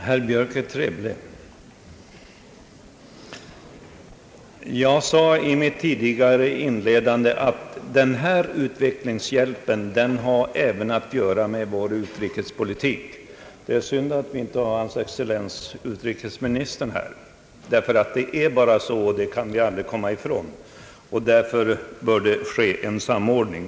Herr talman! Herr Björk är trevlig. Jag sade i mitt tidigare inlägg att utvecklingshjälpen även har att göra med vår utrikespolitik — det är synd att vi inte har hans excellens utrikesministern här. Det är nämligen faktiskt så — det kan vi aldrig komma ifrån — och därför bör det ske en samordning.